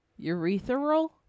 Urethral